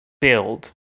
build